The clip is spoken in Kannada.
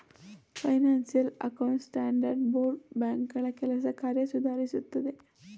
ಫೈನಾನ್ಸಿಯಲ್ ಅಕೌಂಟ್ ಸ್ಟ್ಯಾಂಡರ್ಡ್ ಬೋರ್ಡ್ ಬ್ಯಾಂಕ್ಗಳ ಕೆಲಸ ಕಾರ್ಯ ಸುಧಾರಿಸುತ್ತದೆ